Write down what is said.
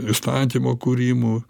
įstatymo kūrimų